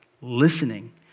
listening